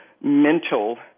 mental